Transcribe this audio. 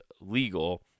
legal